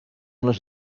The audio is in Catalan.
les